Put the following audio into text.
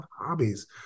hobbies